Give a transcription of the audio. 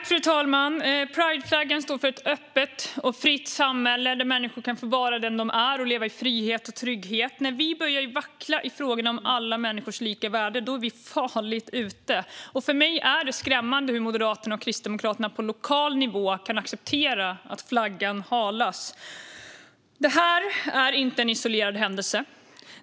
Fru talman! Prideflaggan står för ett öppet och fritt samhälle där människor kan få vara den de är och leva i frihet och trygghet. När vi börjar vackla i frågan om alla människors lika värde är vi farligt ute. För mig är det skrämmande hur Moderaterna och Kristdemokraterna på lokal nivå kan acceptera att flaggan halas. Det här är inte en isolerad händelse.